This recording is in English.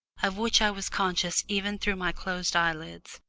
of which i was conscious even through my closed eyelids,